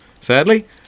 sadly